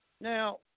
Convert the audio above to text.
Now